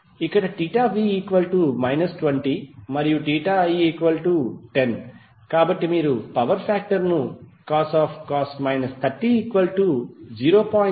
ఇక్కడv 20 మరియు i10 కాబట్టి మీరు పవర్ ఫాక్టర్ ను cos 30 0